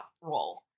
role